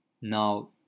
now